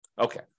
Okay